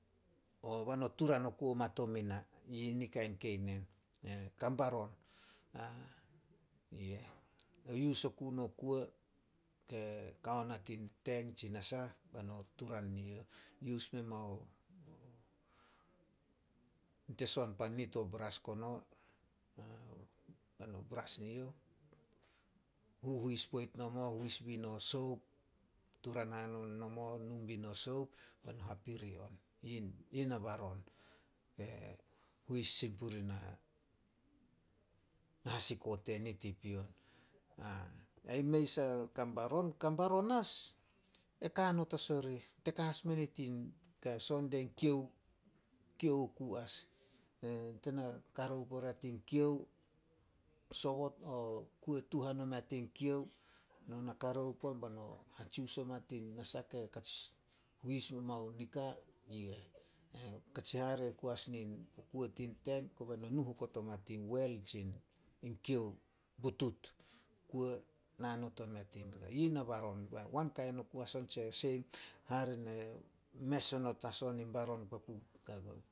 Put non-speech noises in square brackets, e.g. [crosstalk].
[unintelligible] Bai no turan oku ma to mina. Yini kain kei nen. Kan baron. [hesitation] No yus oku no kuo ke kao na tin teng tsi nasah bai no turan neyouh. Yus memao, nit e son pan nit o bras, kono. Bai no bras neyouh, huhuis poit nomo, huis bi no soup, turan hanon nomo numbi no soup bai no hapiri on. Yin- yina baron huis sin puri na- na hasiko tenit i pion. [unintelligible] Ai mei sai ah kan baron. kan baron as, e kao not as orih. Te ka as menit in kai son dianit in kiou, Kiou oku as. [hesitation] Te na karoup oria tin kiou, [unintelligible] o kuo tuhan omea tin kiou, no na karoup on bai no hatsius oma tin nasah ke katsi [unintelligible] huis memao nika, yu eh. Katsi hare oku as nin kuo tin teng. Kobe no nu okot oma tin wel tsin kiou, butut. Kuo nao not omea tin, yina baron, [unintelligible] hare ne mes onot as on in baron papu [unintelligible]